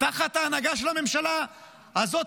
תחת ההנהגה של הממשלה הזאת,